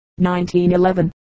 1911